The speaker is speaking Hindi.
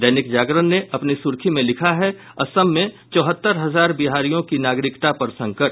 दैनिक जागरण ने अपनी सुर्खी में लिखा है असम में चौहत्तर हजार बिहारियों की नागरिकता पर संकट